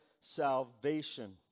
salvation